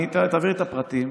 תעביר לי את הפרטים.